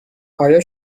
آیا